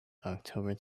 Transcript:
october